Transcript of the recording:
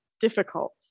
difficult